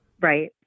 Right